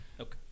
Okay